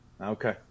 Okay